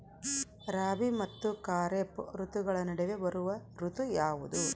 ರಾಬಿ ಮತ್ತು ಖಾರೇಫ್ ಋತುಗಳ ನಡುವೆ ಬರುವ ಋತು ಯಾವುದು?